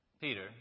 Peter